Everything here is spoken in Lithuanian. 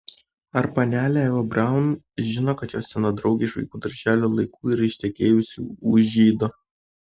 ar panelė eva braun žino kad jos sena draugė iš vaikų darželio laikų yra ištekėjusi už žydo